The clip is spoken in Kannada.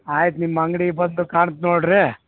ಆಯ್ತು ನಿಮ್ಮ ಅಂಗಡಿ ಬಂದು ಕಾಣ್ತ್ ನೋಡಿರಿ